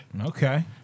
Okay